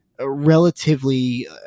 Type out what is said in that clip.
relatively